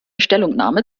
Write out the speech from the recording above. stellungnahme